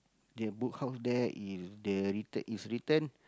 the book out there is the writte~ is written